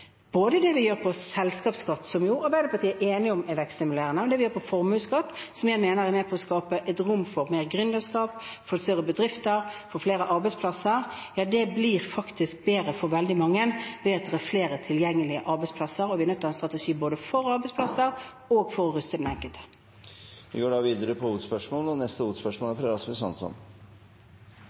gjør på formuesskatt, som jeg mener er med på å skape rom for mer gründerskap, større bedrifter, flere arbeidsplasser, fører til at det faktisk blir bedre for veldig mange ved at det er flere tilgjengelige arbeidsplasser, og vi er nødt til å ha en strategi både for arbeidsplasser og for å ruste den enkelte. Vi går videre til neste hovedspørsmål. Regjeringen har stadig understreket behovet for et grønt skatteskifte og